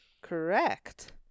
Correct